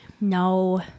no